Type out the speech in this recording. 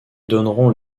donneront